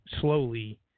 slowly